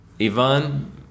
Ivan